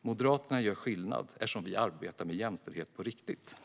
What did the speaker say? Moderaterna gör skillnad, eftersom vi arbetar med jämställdhet på riktigt.